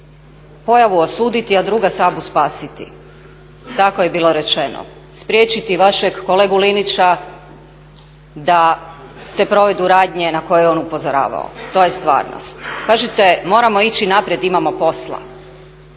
Pojavu osuditi a druga Sabu spasiti, tako je bilo rečeno. Spriječiti vašeg kolegu Linića da se provedu radnje na koje je on upozoravao. To je stvarnost. Kažete, moramo ići naprijed imamo posla.